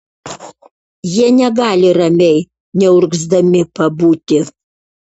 jie negali ramiai neurgzdami pabūti